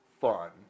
fun